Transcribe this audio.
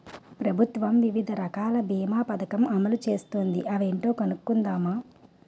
ప్రభుత్వం వివిధ రకాల బీమా పదకం అమలు చేస్తోంది అవేంటో కనుక్కుందామా?